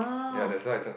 ya that's why I thought